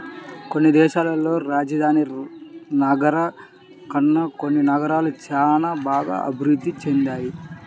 కొన్ని దేశాల్లో రాజధాని నగరం కన్నా కొన్ని నగరాలు చానా బాగా అభిరుద్ధి చెందాయి